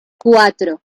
cuatro